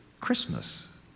Christmas